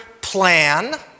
plan